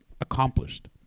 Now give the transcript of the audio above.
accomplished